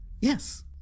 Yes